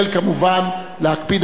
באה הממשלה וביקשה,